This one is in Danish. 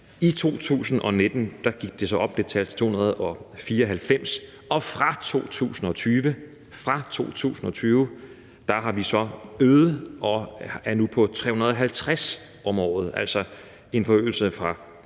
I 2019 gik det tal så op til 294, og fra 2020 – fra 2020 – har vi så øget det og er nu på 350 om året; altså en forøgelse fra